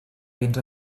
vins